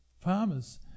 farmers